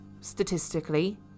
statistically